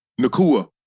Nakua